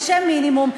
עונשי מינימום.